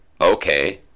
okay